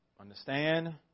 Understand